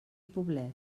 poblet